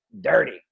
dirty